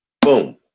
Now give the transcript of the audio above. boom